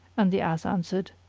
and the ass answered,